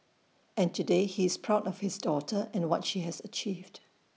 and today he is proud of his daughter and what she has achieved